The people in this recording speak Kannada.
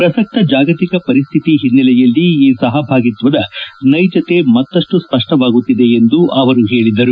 ಪ್ರಸಕ್ತ ಜಾಗತಿಕ ಪರಿಸ್ಥಿತಿ ಹಿನ್ನೆಲೆಯಲ್ಲಿ ಈ ಸಹಭಾಗಿತ್ವದ ನೈಜತೆ ಮತ್ತಷ್ಟು ಸ್ಪಷ್ಟವಾಗುತ್ತಿದೆ ಎಂದು ಹೇಳದರು